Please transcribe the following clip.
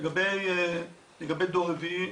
לגבי דור רביעי,